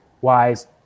wise